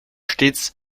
stets